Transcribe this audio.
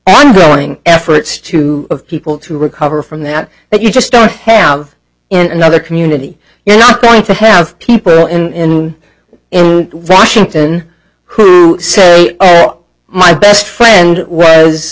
ongoing efforts to people to recover from that that you just don't have in another community you're not going to have people in washington who say my best friend was